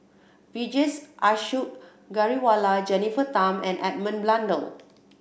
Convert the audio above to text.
Vijesh Ashok Ghariwala Jennifer Tham and Edmund Blundell